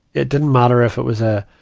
it did matter if it was a,